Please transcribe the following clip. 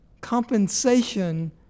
compensation